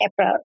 April